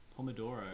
Pomodoro